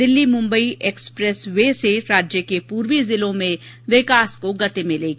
Delhi Mumbai expressway से राज्य के पूर्वी जिलों में विकास को गति मिलेगी